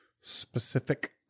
specific